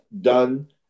done